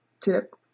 tip